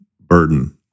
burden